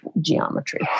geometry